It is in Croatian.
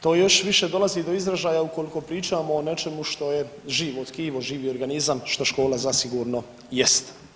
To još više dolazi do izražaja ukoliko pričamo o nečemu što je živo tkivo, živi organizam, što škola zasigurno jest.